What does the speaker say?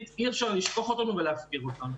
ואי אפשר לשכוח אותנו ולהפקיר אותנו.